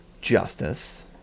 justice